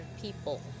people